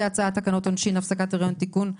הצעת תקנות העונשין (הפסקת הריון) (תיקון),